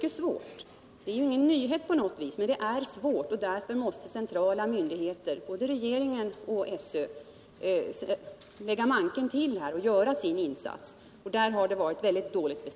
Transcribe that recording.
Det är visserligen ingen nyhet, men det är en svår sak att handha, och därför måste centrala myndigheter — både regeringen och SÖ — lägga manken till och göra sin insats,